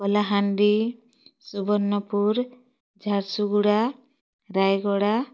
Kalahandi Subarnapur Jharsuguda Rayagada